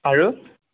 আৰু